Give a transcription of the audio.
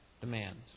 demands